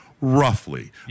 Roughly